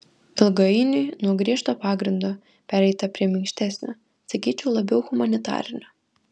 ilgainiui nuo griežto pagrindo pereita prie minkštesnio sakyčiau labiau humanitarinio